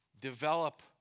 develop